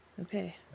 Okay